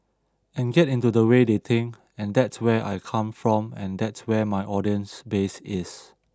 and get into the way they think and that's where I come from and that's where my audience base is